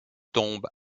tombes